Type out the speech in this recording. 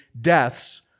deaths